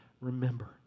remember